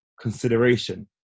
consideration